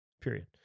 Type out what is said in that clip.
period